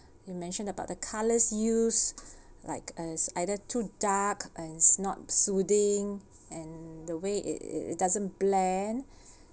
you mentioned about the colours used like uh either too dark and it's not soothing and the way it it doesn't blend